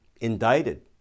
indicted